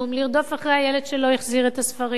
לרדוף אחרי הילד שלא החזיר את הספרים,